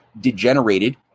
degenerated